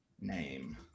name